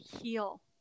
heal